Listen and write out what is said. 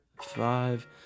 five